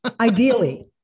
ideally